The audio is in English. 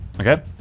Okay